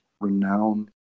renowned